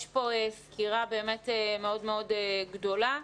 יש פה סקירה באמת מאוד גדולה.